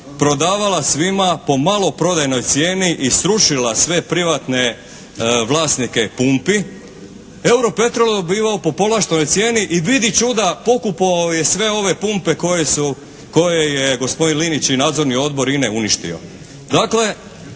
prodavala svima po maloprodajnoj cijeni i srušila sve privatne vlasnike pumpi, "Europetrol" dobivao po povlaštenoj cijeni i vidi čuda, pokupovao je sve ove pumpe koje su, koje je gospodin Linić i nadzorni odbor INA-e uništio.